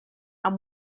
and